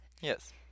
yes